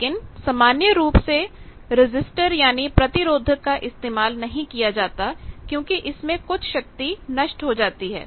लेकिन सामान्य रूप से रजिस्टरप्रतिरोधक का इस्तेमाल नहीं किया जाता क्योंकि इसमें कुछ शक्ति नष्ट हो जाती है